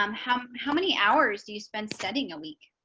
um how, how many hours do you spend studying a week.